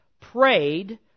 prayed